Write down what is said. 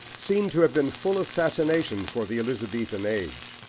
seem to have been full of fascination for the elizabethan age.